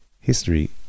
History